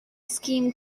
scheme